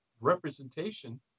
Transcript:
representation